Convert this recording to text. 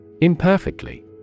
Imperfectly